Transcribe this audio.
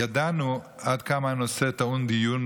ידענו עד כמה הנושא טעון דיון